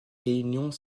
réunions